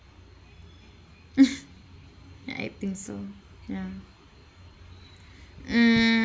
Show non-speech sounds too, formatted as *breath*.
*breath* ya I think so ya mm